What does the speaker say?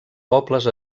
pobles